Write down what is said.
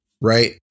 right